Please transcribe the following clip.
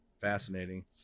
fascinating